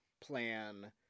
plan –